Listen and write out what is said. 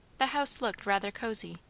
the house looked rather cosy.